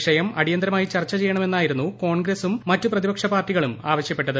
വിഷയം അടിയന്തരമായി ചർച്ച ചെയ്യണമെന്നായിരുന്നു കോൺഗ്രസും മറ്റ് പ്രതിപക്ഷ പാർട്ടികളും ആവശ്യപ്പെട്ടത്